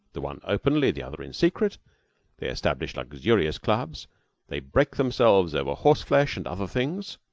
the one openly, the other in secret they establish luxurious clubs they break themselves over horse-flesh and other things,